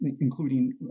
including